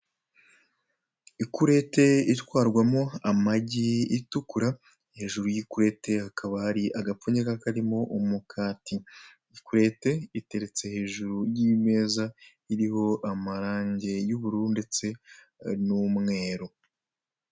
Ikurete itwarwamo amagi itukura, hejuru y'ikurete hakaba hari agapfunyika karimo umukati, ikurete iteretse hejuru y'imeza iriho amarangi y'ubururu ndetse n'umweru.